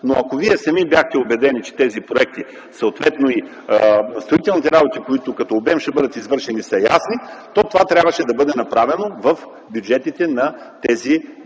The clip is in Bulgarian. Ако Вие сам бяхте убеден, че строителните работи, които като обем ще бъдат извършени и, са ясни, то това трябваше да бъде направено в бюджетите на тези